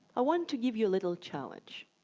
ah want to give you a little challenge.